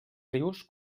rius